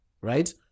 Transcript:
right